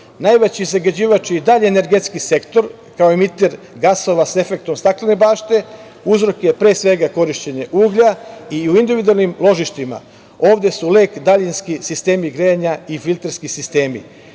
Najveći zagađivač je i dalje energetski sektor, kao emiter gasova sa efektom staklene bašte. Uzrok je, pre svega, korišćenje uglja i u individualnim ložištima. Ovde su lek daljinski sistemi grejanja i filterski sistemi